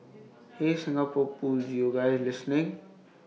hey Singapore pools you guys listening